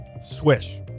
Swish